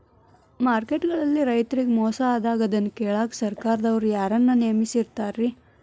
Market ಗಳಲ್ಲಿ ರೈತರಿಗೆ ಮೋಸ ಆದಾಗ ಅದನ್ನ ಕೇಳಾಕ್ ಸರಕಾರದವರು ಯಾರನ್ನಾ ನೇಮಿಸಿರ್ತಾರಿ?